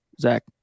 Zach